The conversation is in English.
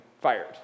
fired